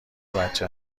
بچه